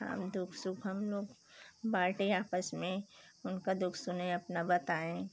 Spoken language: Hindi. हम दुःख सुख हम लोग बाँटे आपस में उनका दुख सुने अपना बताएँ